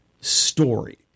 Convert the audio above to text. story